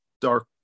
dark